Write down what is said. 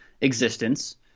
existence